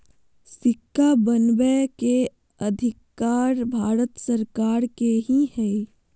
सिक्का बनबै के अधिकार भारत सरकार के ही हइ